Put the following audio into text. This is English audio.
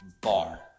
bar